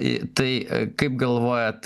į tai kaip galvojat